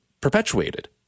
perpetuated